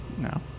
No